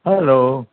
hello